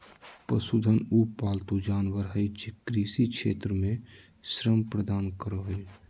पशुधन उ पालतू जानवर हइ जे कृषि क्षेत्र में श्रम प्रदान करो हइ